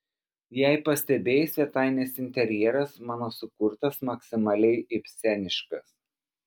jei pastebėjai svetainės interjeras mano sukurtas maksimaliai ibseniškas